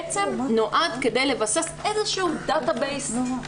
הוא נועד כדי לבסס דטה-בייס ראשוני.